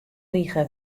rige